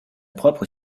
propre